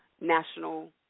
national